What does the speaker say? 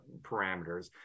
parameters